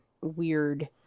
weird